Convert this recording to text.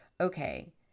okay